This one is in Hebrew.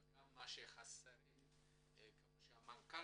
וגם תכנים שחסרים כפי שאמר המנכ"ל